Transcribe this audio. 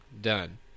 done